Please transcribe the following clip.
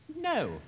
No